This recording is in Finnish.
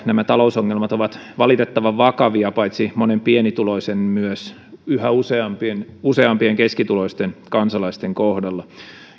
nämä talousongelmat ovat valitettavan vakavia paitsi monen pienituloisen myös yhä useampien useampien keskituloisten kansalaisten kohdalla